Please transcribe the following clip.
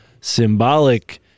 symbolic